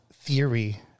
theory